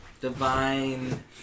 Divine